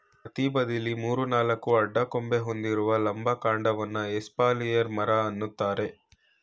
ಪ್ರತಿ ಬದಿಲಿ ಮೂರು ನಾಲ್ಕು ಅಡ್ಡ ಕೊಂಬೆ ಹೊಂದಿರುವ ಲಂಬ ಕಾಂಡವನ್ನ ಎಸ್ಪಾಲಿಯರ್ ಮರ ಅಂತಾರೆ